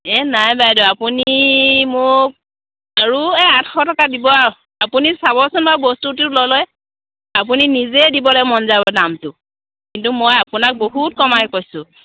এহ্ নাই বাইদেউ আপুনি মোক আৰু এই আঠশ টকা দিব আৰু আপুনি চাবচোন বাৰু বস্তুটো ল'লে আপুনি নিজে দিবলৈ মন যাব দামটো কিন্তু মই আপোনাক বহুত কমাই কৈছোঁ